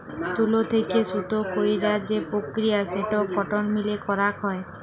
তুলো থেক্যে সুতো কইরার যে প্রক্রিয়া সেটো কটন মিলে করাক হয়